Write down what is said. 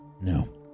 No